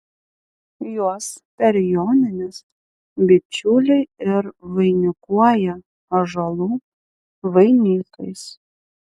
juos per jonines bičiuliai ir vainikuoja ąžuolų vainikais